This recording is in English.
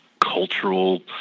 cultural